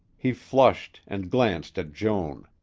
he flushed and glanced at joan.